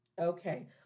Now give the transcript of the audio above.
Okay